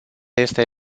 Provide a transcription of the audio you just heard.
este